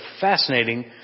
fascinating